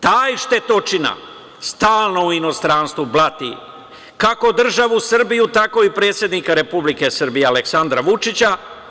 Taj štetočina stalno u inostranstvu blati kako državu Srbiju, tako i predsednika Republike Srbije Aleksandra Vučića.